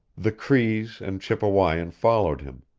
the crees and chippewayan followed him,